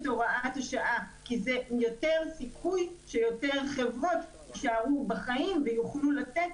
הוראת השעה כי יש סיכוי שיותר חברות יישארו בחיים ויוכלו לתת